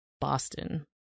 Boston